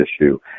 issue